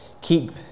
Keep